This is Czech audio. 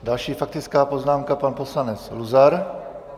Další faktická poznámka, pan poslanec Luzar.